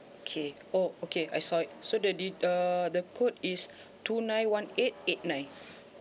okay oh okay I saw it so the det~ err the code is two nine one eight eight nine